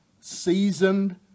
seasoned